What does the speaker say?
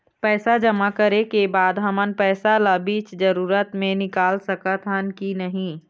पैसा जमा करे के बाद हमन पैसा ला बीच जरूरत मे निकाल सकत हन की नहीं?